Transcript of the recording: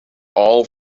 all